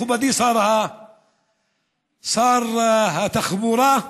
מכובדי שר התחבורה,